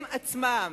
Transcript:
הם עצמם,